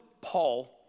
Paul